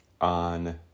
on